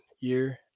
year